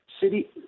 city